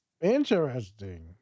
Interesting